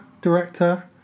director